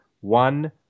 one